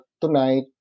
tonight